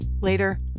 Later